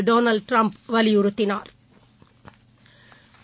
Donald Trump வலியுறுத்தினாா்